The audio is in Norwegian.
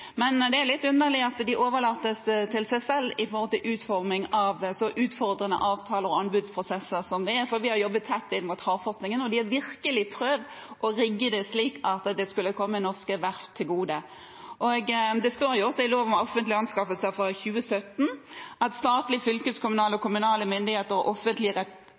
Men det er litt underlig at de overlates til seg selv i utformingen av så utfordrende avtale- og anbudsprosesser som det er. Vi har jobbet tett inn mot havforskningen, og de har virkelig prøvd å rigge det slik at det skulle komme norske verft til gode. Det står også i lov om offentlige anskaffelser fra 2017: «Statlige, fylkeskommunale og kommunale myndigheter og